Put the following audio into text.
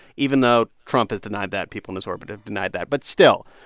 even though trump has denied that, people in his orbit have denied that. but still,